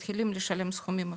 מתחילים לשלם סכומים אחרים,